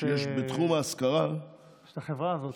שיש בתחום ההשכרה, יש החברה הזאת,